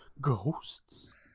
Ghosts